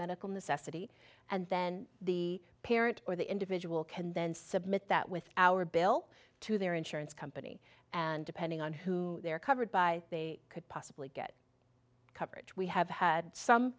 medical necessity and then the parent or the individual can then submit that with our bill to their insurance company and depending on who they're covered by they could possibly get coverage we have had some